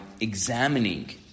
examining